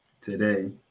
today